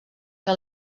que